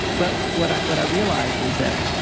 but what i what i realized is that,